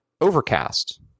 Overcast